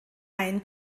ein